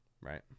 Right